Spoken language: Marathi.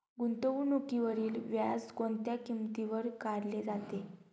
गुंतवणुकीवरील व्याज कोणत्या किमतीवर काढले जाते?